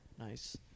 Nice